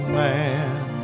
man